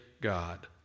God